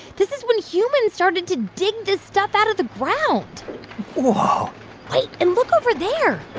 this is when humans started to dig this stuff out of the ground whoa wait, and look over there